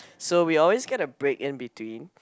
so we always get a break in between